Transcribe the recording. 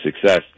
success